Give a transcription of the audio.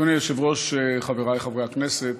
אדוני היושב-ראש, חבריי חברי הכנסת,